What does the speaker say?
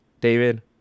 David